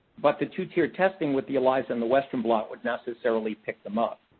but the two-tiered testing with the elisa and the western blot would necessarily pick them up.